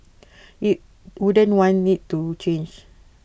IT wouldn't want IT to change